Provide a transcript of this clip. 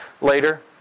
later